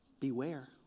Beware